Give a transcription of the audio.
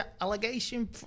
allegation